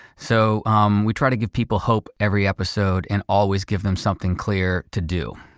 so um we try to give people hope every episode and always give them something clear to do.